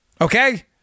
Okay